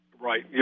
Right